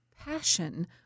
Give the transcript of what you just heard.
Passion